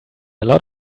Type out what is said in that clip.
lot